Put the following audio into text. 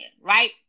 right